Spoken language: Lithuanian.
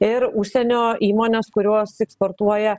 ir užsienio įmonės kurios eksportuoja